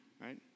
Right